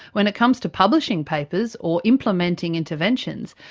when it comes to publishing papers or implementing interventions,